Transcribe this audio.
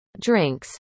drinks